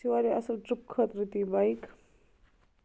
یہِ چھُ وارِیاہ اَصٕل ٹٕرپ خٲطرٕ تہِ یہِ بایِک